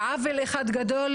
עוול אחד גדול,